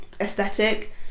aesthetic